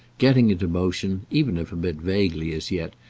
getting into motion, even if a bit vaguely as yet,